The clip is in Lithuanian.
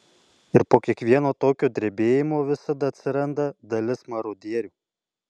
ir po kiekvieno tokio drebėjimo visada atsiranda dalis marodierių